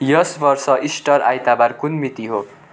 यस वर्ष इस्टर आइतबार कुन मिति हो